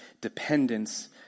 dependence